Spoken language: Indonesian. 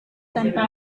tanpa